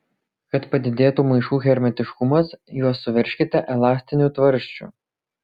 kad padidėtų maišų hermetiškumas juos suveržkite elastiniu tvarsčiu